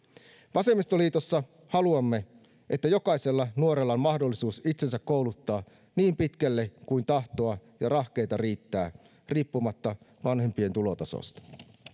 vasemmistoliitossa haluamme että jokaisella nuorella on mahdollisuus itsensä kouluttaa niin pitkälle kuin tahtoa ja rahkeita riittää riippumatta vanhempien tulotasosta